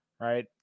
right